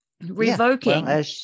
revoking